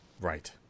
right